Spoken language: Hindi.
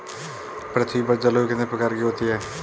पृथ्वी पर जलवायु कितने प्रकार की होती है?